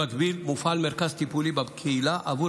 במקביל מופעל מרכז טיפולי בקהילה עבור